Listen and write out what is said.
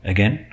Again